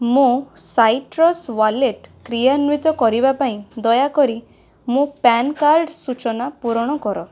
ମୋ citrus wallet କ୍ରିୟାନ୍ଵିତ କରିବା ପାଇଁ ଦୟାକରି ମୋ ପ୍ୟାନ୍ କାର୍ଡ଼ ସୂଚନା ପୂରଣ କର